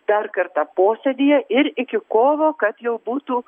dar kartą posėdyje ir iki kovo kad jau būtų